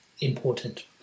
important